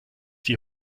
die